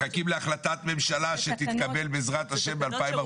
מחכים להחלטת ממשלה שתתקבל בעזרת השם ב-2042.